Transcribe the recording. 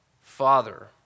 Father